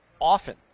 often